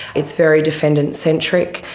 it's very defendant centric.